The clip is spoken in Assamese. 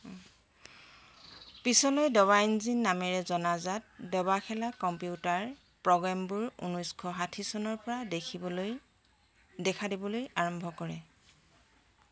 পিছলৈ দবা ইঞ্জিন নামেৰে জনাজাত দবা খেলা কম্পিউটাৰ প্ৰগ্ৰেমবোৰ ঊনৈছশ ষাঠি চনৰ পৰা দেখিবলৈ দেখা দিবলৈ আৰম্ভ কৰে